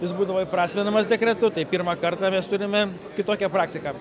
jis būdavo įprasminamas dekretu tai pirmą kartą mes turime kitokią praktiką